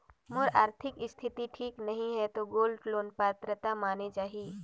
मोर आरथिक स्थिति ठीक नहीं है तो गोल्ड लोन पात्रता माने जाहि?